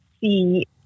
see